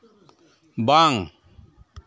ᱵᱟᱝ